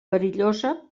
perillosa